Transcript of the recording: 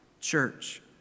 church